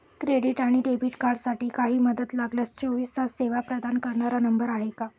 Credit आणि debit कार्डसाठी काही मदत लागल्यास चोवीस तास सेवा प्रदान करणारा नंबर आहे का?